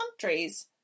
countries